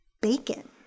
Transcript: Bacon